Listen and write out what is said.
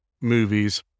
movies